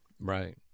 Right